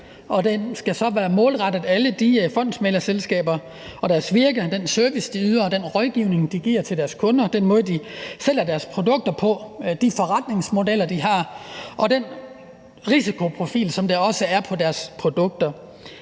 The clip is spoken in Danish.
og den skal være målrettet alle de fondsmæglerselskaber og deres virke, dvs. den service, de yder; den rådgivning, de giver til deres kunder; den måde, de sælger deres produkter på; de forretningsmodeller, de har; og den risikoprofil, der også er på deres produkter.